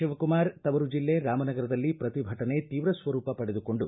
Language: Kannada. ಶಿವಕುಮಾರ್ ತವರು ಜಿಲ್ಲೆ ರಾಮನಗರದಲ್ಲಿ ಪ್ರತಿಭಟನೆ ತೀವ್ರ ಸ್ವರೂಪ ಪಡೆದುಕೊಂಡು